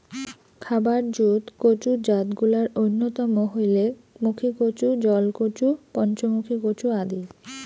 খাবার জুত কচুর জাতগুলার অইন্যতম হইলেক মুখীকচু, জলকচু, পঞ্চমুখী কচু আদি